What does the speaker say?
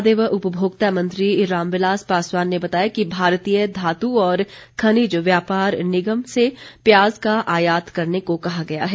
खाद्य व उपभोक्ता मामले मंत्री रामविलास पासवान ने बताया कि भारतीय धातु और खनिज व्यापार निगम से प्याज का आयात करने को कहा गया है